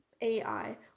AI